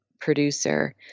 producer